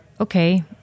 okay